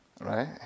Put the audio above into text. right